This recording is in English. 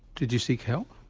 did you seek help?